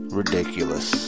ridiculous